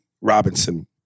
Robinson